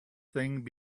thing